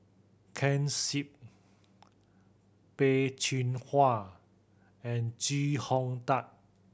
Ken Seet Peh Chin Hua and Chee Hong Tat